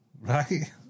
Right